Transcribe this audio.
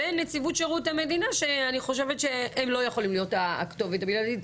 ונציבות שירות המדינה שאני חושבת שהם לא יכולים הכתובת המיידית,